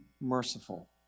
merciful